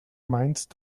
meinst